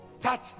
touch